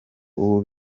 ubu